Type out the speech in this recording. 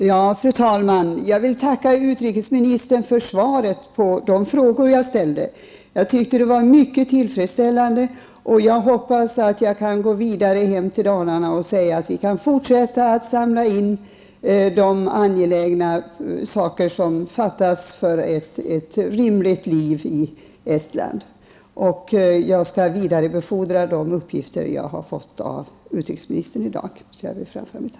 Fru talman! Jag vill tacka utrikesministern för svaret på de frågor jag ställde. Jag tyckte att det var mycket tillfredsställande. Jag hoppas att jag kan gå vidare hem till Dalarna och säga att vi kan fortsätta att samla in de angelägna saker som fattas för ett rimligt liv i Estland. Jag skall vidarebefordra de uppgifter som jag har fått av utrikesministern i dag. Jag vill framföra mitt tack.